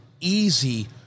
easy